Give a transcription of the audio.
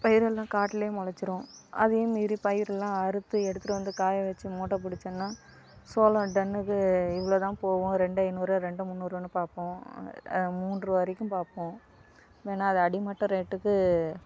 பயிரெல்லாம் காட்டிலேயே முளச்சிரும் அதையும் மீறி பயிரெல்லாம் அறுத்து எடுத்துட்டு வந்து காயவச்சு மூட்டை பிடுச்சன்னா சோளம் டன்னுக்கு இவ்வளோதான் போகும் ரெண்டு ஐநூறு ரெண்டு முந்நூறுனு பார்ப்போம் மூன்றுவா வரைக்கும் பார்ப்போம் வேண்ணால் அதை அடிமட்ட ரேட்டுக்கு